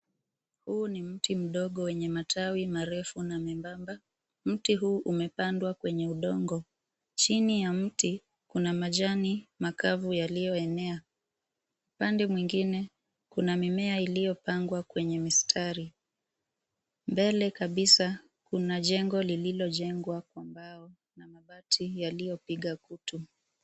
Huu ni mti mdogo wenye matawi marefu na membamba, mti huu umepandwa kwenye udongo. Chini ya mti kuna majani makavu yaliyoenea, pande mwingine kuna mimea iliyopangwa kwenye mistari. Mbele kabisa kuna jengo lililojengwa kwa mbao na mabati yaliyopiga kutu.